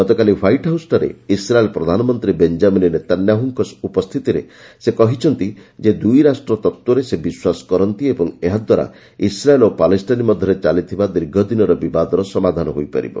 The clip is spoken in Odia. ଗତକାଲି ହ୍ପାଇଟ୍ହାଉସ୍ଠାରେ ଇସ୍ରାଏଲ୍ ପ୍ରଧାନମନ୍ତ୍ରୀ ବେଞ୍ଜାମିନ୍ ନେତାନ୍ୟାହୁଙ୍କ ଉପସ୍ଥିତିରେ ସେ କହିଛନ୍ତି ଯେ ଦୁଇ ରାଷ୍ଟ୍ର ତତ୍ତ୍ୱରେ ସେ ବିଶ୍ୱାସ କରନ୍ତି ଏବଂ ଏହା ଦ୍ୱାରା ଇସ୍ରାଏଲ୍ ଓ ପାଲେଷ୍ଟାଇନ ମଧ୍ୟରେ ଚାଲିଥିବା ଦୀର୍ଘଦିନର ବିବାଦର ସମାଧାନ ହୋଇପାରିବ